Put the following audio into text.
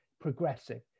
progressive